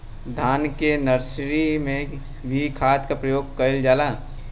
धान के नर्सरी में भी खाद के प्रयोग कइल जाला?